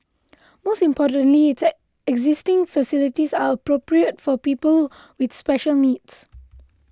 most importantly its existing facilities are appropriate for people with special needs